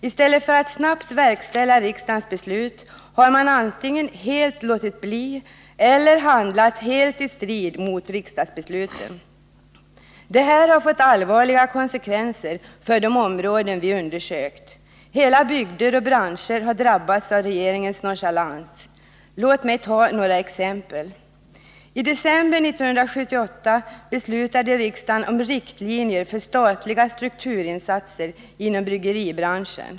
I stället för att snabbt verkställa riksdagens beslut har man antingen helt låtit bli att handla eller handlat helt i strid mot riksdagsbesluten. Detta har fått allvarliga konsekvenser på de områden som vi har undersökt. Hela bygder och branscher har drabbats av regeringens nonchalans. Låt mig ta några exempel. I december 1978 beslutade riksdagen om riktlinjer för statliga strukturinsatser inom bryggeribranschen.